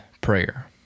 prayer